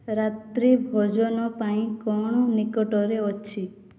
ରାତ୍ରୀ ଭୋଜନ ପାଇଁ କ'ଣ ନିକଟରେ ଅଛି